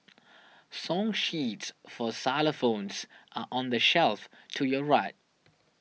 song sheets for xylophones are on the shelf to your right